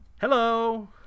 hello